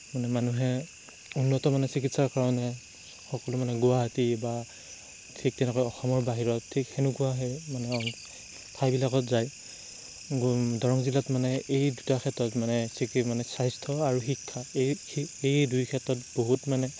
মানুহে উন্নত মানে চিকিৎসাৰ কাৰণে সকলো মানে গুৱাহাটী বা ঠিক তেনেকুৱা অসমৰ বাহিৰৰ ঠিক সেনেকুৱা সেই ঠাইবিলাকত যায় দৰং জিলাত মানে এই দুটা ক্ষেত্ৰত মানে বিশেষকৈ স্বাস্থ্য আৰু শিক্ষা এই দুই ক্ষেত্ৰত বহুত মানে